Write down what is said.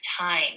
time